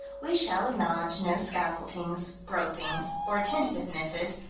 we shall acknowledge no scaffoldings, gropings or tentativenesses,